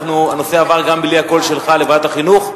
הנושא עבר גם בלי הקול שלך לוועדת החינוך.